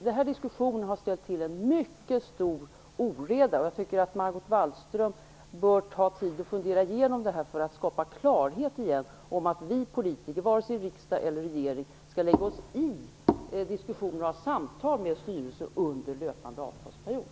Den här diskussionen har ställt till en mycket stor oreda, och jag tycker att Margot Wallström bör ta sig tid att fundera igenom detta för att åter skapa klarhet om att vi politiker inte från vare sig riksdag eller regering skall lägga sig i detta genom samtal med styrelsen under löpande avtalsperiod.